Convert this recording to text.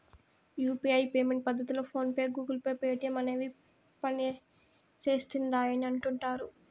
UPI payment పద్దతిలో PhonePe, Google Pay, Paytm అనేవి పనిసేస్తిండాయని అంటుడారు